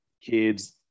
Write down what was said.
kids